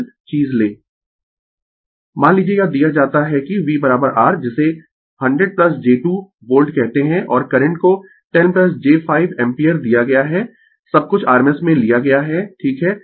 Refer Slide Time 3120 मान लीजिए यह दिया जाता है कि V r जिसे 100 j 2 वोल्ट कहते है और करंट को 10 j 5 एम्पीयर दिया गया है सब कुछ rms में लिया गया है ठीक है